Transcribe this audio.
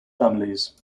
families